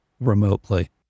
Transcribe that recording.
remotely